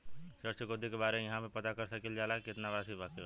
ऋण चुकौती के बारे इहाँ पर पता कर सकीला जा कि कितना राशि बाकी हैं?